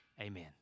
Amen